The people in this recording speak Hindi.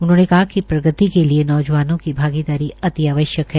उन्होंने कहा कि प्रगति के लिये नौजवानों के भागीदारी अति आवश्यक है